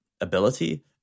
ability